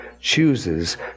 chooses